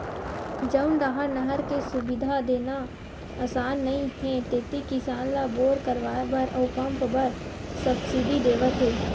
जउन डाहर नहर के सुबिधा देना असान नइ हे तेती किसान ल बोर करवाए बर अउ पंप बर सब्सिडी देवत हे